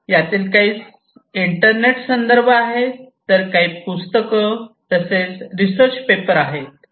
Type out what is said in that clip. यातील काही इंटरनेट संदर्भ आहेत तर काही पुस्तक तसेच रिसर्च पेपर आहेत